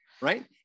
Right